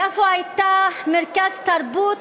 יפו הייתה מרכז תרבות